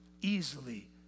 easily